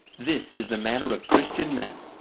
this is the manner of christian men,